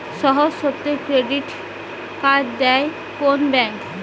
সহজ শর্তে credit card দেয় কোন ব্যাংক?